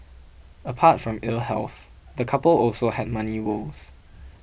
apart from ill health the couple also had money woes